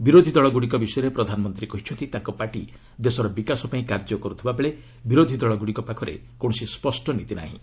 ବିରୋଧୀ ଦଳଗୁଡ଼ିକ ବିଷୟରେ ପ୍ରଧାନମନ୍ତ୍ରୀ କହିଛନ୍ତି ତାଙ୍କ ପାର୍ଟି ଦେଶର ବିକାଶ ପାଇଁ କାର୍ଯ୍ୟ କରୁଥିବାବେଳେ ବିରୋଧୀ ଦଳଗୁଡ଼ିକ ପାଖରେ କୌଣସି ସ୍ୱଷ୍ଟ ନୀତି ନାହିଁ